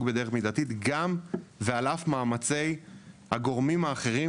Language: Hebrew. בדרך מידתית גם ועל אף מאמצי הגורמים האחרים